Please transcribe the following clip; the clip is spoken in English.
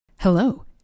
hello